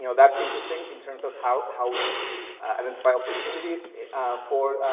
you know that's interesting in terms of how how we identify opportunities ah for